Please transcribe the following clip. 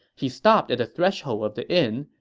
he stopped at the threshold of the inn,